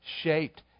shaped